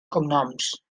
cognoms